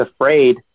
afraid